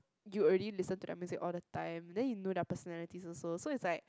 you already listen to their music all the time then you know their personalities also so it's like